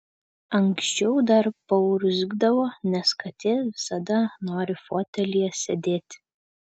anksčiau dar paurgzdavo nes katė visada nori fotelyje sėdėti